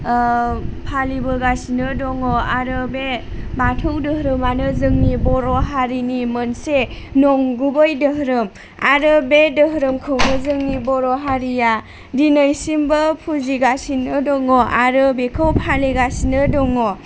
फालिबोगासिनो दङ आरो बे बाथौ धोरोमानो जोंनि बर' हारिनि मोनसे नंगुबै धोरोम आरो बे धोरोमखौनो जोंनि बर' हारिया दिनैसिमबो फुजिगासिनो दङ आरो बेखौ फालिगासिनो दङ